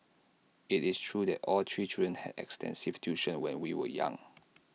IT is true that all three children had extensive tuition when we were young